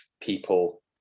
people